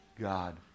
God